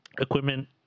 equipment